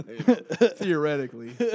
Theoretically